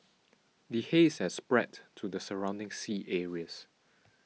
the haze has spread to the surrounding sea areas